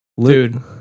Dude